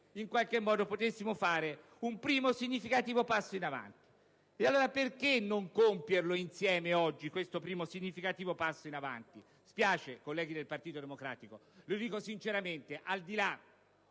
nemico del bene potessimo fare un primo significativo passo in avanti. E allora, perché non compierlo insieme, oggi, questo primo significativo passo in avanti? Spiace, colleghi del Partito Democratico - lo dico sinceramente al di là